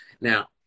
Now